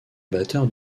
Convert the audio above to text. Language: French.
batteur